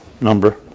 number